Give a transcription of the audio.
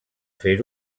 fer